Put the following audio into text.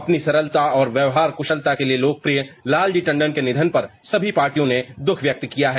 अपनी सरलता और व्यवहार कुशलता के लिए लोकप्रिय लालजी टंडन के निधन पर पार्टियों ने दुःख व्यक्त किया है